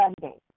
Sunday